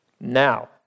Now